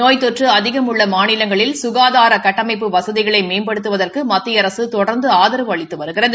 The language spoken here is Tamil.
நோய் தொற்று அதிகம் உள்ள மாநிலங்களில் சுகாதார கட்டமைப்பு வசதிகளை மேம்படுத்துவதற்கு மத்திய அரசு தொடர்ந்து ஆதரவு அளித்து வருகிறது